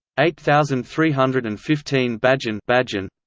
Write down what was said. eight thousand three hundred and fifteen bajin bajin